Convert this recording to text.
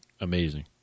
Amazing